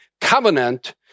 covenant